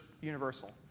universal